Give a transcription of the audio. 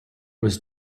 was